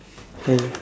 hey